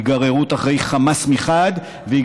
היגררות אחרי חמאס מחד גיסא,